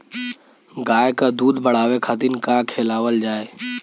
गाय क दूध बढ़ावे खातिन का खेलावल जाय?